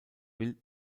wild